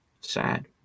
sad